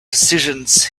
decisions